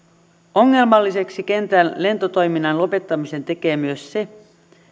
ongelmalliseksi kentän lentotoiminnan lopettamisen tekee myös se